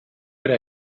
era